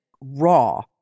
raw